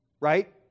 right